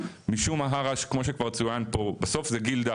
משום מה ההסתדרות לרפואת שיניים כמו שצוין פה זה גילדה,